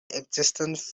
existence